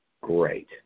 great